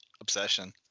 obsession